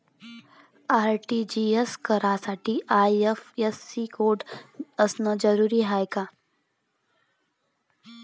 RTGS करासाठी IFSC code असनं जरुरीच हाय का?